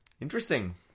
Interesting